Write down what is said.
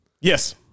Yes